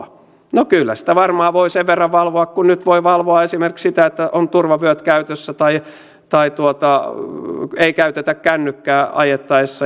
no kyllä sitä varmaan voi sen verran valvoa kuin nyt voi valvoa esimerkiksi sitä että on turvavyöt käytössä tai ei käytetä kännykkää ajettaessa ja niin edelleen